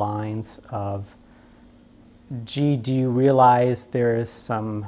lines of gee do you realize there is some